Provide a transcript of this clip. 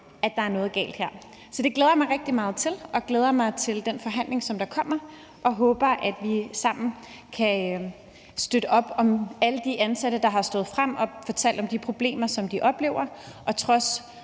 at der er noget galt. Så det glæder jeg mig rigtig meget til. Jeg glæder mig til den forhandling, der kommer, og jeg håber, at vi sammen kan støtte op om alle de ansatte, der har stået frem og fortalt om de problemer, de oplever, og som